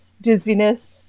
dizziness